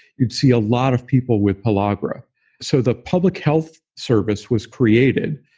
you'd see a lot of people with pellagra so the public health service was created.